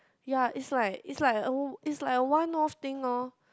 yeah is like is like uh is like a one off thing lor